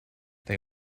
they